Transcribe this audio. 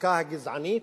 החקיקה הגזענית,